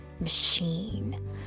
machine